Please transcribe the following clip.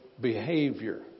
behavior